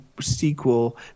sequel